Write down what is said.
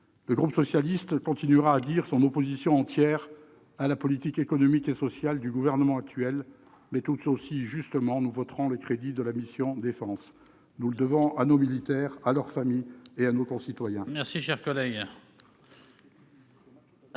Le groupe socialiste continuera à dire son opposition entière à la politique économique et sociale du gouvernement actuel ; cependant, il votera les crédits de la mission « Défense ». Nous le devons à nos militaires, à leurs familles et à nos concitoyens